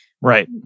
Right